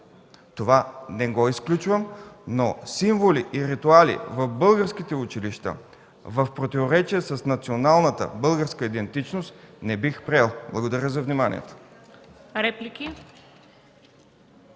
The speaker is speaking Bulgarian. Не изключвам другото, но символи и ритуали в българските училища в противоречие с националната българска идентичност не бих приел. Благодаря за вниманието.